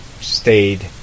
stayed